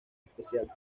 especial